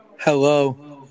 Hello